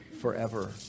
forever